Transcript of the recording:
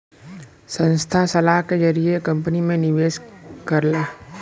संस्था सलाह के जरिए कंपनी में निवेश करला